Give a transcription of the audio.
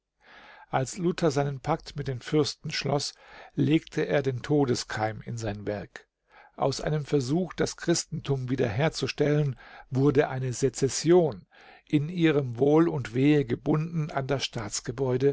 als luther seinen pakt mit den fürsten schloß legte er den todeskeim in sein werk aus einem versuch das christentum wiederherzustellen wurde eine sezession in ihrem wohl und wehe gebunden an das